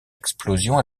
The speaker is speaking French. explosions